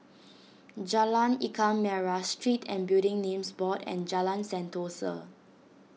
Jalan Ikan Merah Street and Building Names Board and Jalan Sentosa